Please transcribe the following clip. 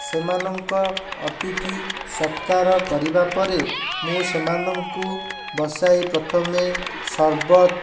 ସେମାନଙ୍କ ଅତିଥି ସତ୍କାର କରିବା ପରେ ମୁଁ ସେମାନଙ୍କୁ ବସାଇ ପ୍ରଥମେ ସର୍ବତ